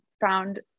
found